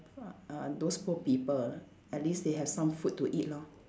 fa~ uh those poor people at least they have some food to eat lor